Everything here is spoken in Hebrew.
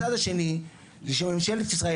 הצעד השני של ממשלת ישראל,